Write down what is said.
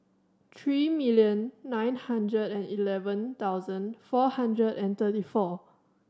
three million nine hundred and eleven thousand four hundred and thirty four